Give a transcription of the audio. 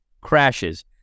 Crashes